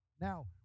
Now